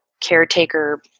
caretaker